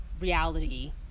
reality